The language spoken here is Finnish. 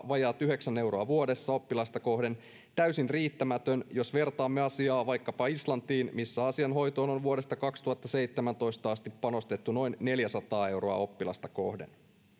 vajaat yhdeksän euroa vuodessa oppilasta kohden täysin riittämätön jos vertaamme asiaa vaikkapa islantiin missä asian hoitoon on vuodesta kaksituhattaseitsemäntoista asti panostettu noin neljäsataa euroa oppilasta kohden